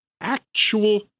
actual